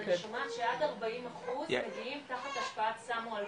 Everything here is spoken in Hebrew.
--- שעד 40 אחוז מגיעים תחת השפעת סם או אלכוהול.